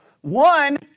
one